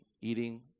eating